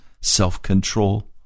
self-control